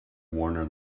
warner